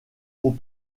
aux